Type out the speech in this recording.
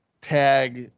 tag